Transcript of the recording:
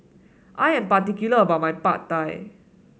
I am particular about my Pad Thai